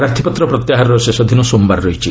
ପ୍ରାର୍ଥୀପତ୍ର ପ୍ରତ୍ୟାହାରର ଶେଷଦିନ ସୋମବାର ରହିଛି